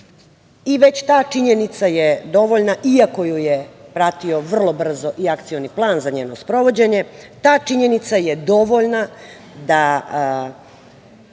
Već ta činjenica je dovoljna, iako ju je pratio vrlo brzo i akcioni plan za njeno sprovođenje. Ta činjenica je dovoljna da